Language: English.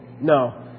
No